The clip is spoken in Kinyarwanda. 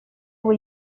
ubu